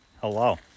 Hello